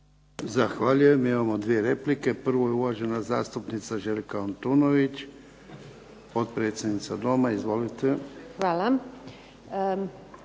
Zahvaljujem. Imamo dvije replike. Prva je uvažena zastupnica Željka Antunović, potpredsjednica Doma. Izvolite.